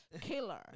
killer